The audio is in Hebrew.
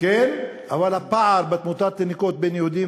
אבל הפער בתמותת תינוקות בין יהודים